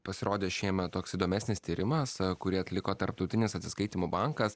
pasirodė šiemet toks įdomesnis tyrimas kurį atliko tarptautinis atsiskaitymų bankas